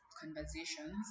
conversations